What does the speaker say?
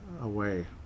away